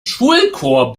schulchor